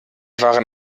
waren